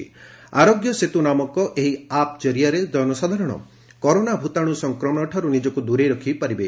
'ଆରୋଗ୍ୟ ସେତୁ' ନାମକ ଏହି ଆପ୍ ଜରିଆରେ ଜନସାଧାରଣ କରୋନା ଭୂତାଶୁ ସଂକ୍ରମଣଠାରୁ ନିଜକୁ ଦୂରେଇ ରଖିପାରିବେ